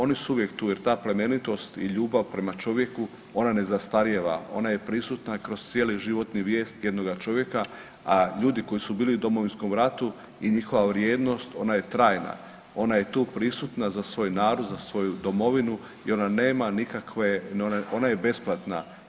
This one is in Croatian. Oni su uvijek tu jer ta plemenitost i ljubav prema čovjeku ona ne zastarijeva, ona je prisutna kroz cijeli životni vijek jednoga čovjeka, a ljudi koji su bili u Domovinskom ratu i njihova vrijednost ona je trajna, ona je tu prisutna za svoj narod, za svoju domovinu i ona nema nikakve, ona je besplatna.